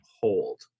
hold